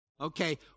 Okay